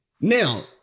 now